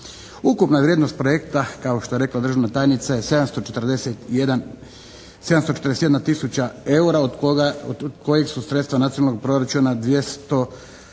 Ukupna vrijednost projekta kao što je rekla državna tajnica je 741 tisuća eura od kojih su sredstva nacionalnog proračuna 259 tisuća